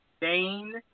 Dane